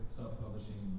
self-publishing